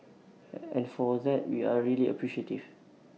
and for that we are really appreciative